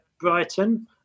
Brighton